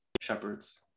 shepherds